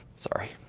sorry.